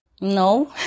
No